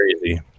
crazy